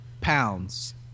pounds